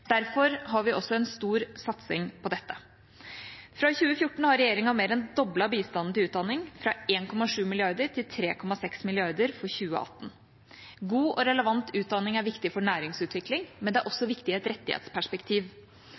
Derfor har vi også en stor satsing på dette. Fra 2014 har regjeringa mer enn doblet bistanden til utdanning – fra 1,7 mrd. kr til 3,6 mrd. kr for 2018. God og relevant utdanning er viktig for næringsutvikling, men det er også viktig i et rettighetsperspektiv.